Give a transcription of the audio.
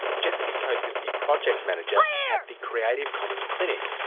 jessica coates is the project manager at the creative commons clinic,